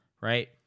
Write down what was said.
right